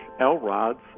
L-rods